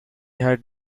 had